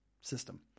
system